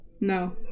No